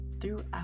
throughout